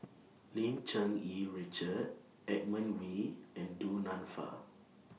Lim Cherng Yih Richard Edmund Wee and Du Nanfa